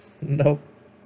nope